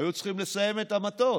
היו צריכים לסיים את המטוס,